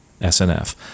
snf